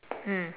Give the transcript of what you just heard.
mm